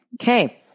Okay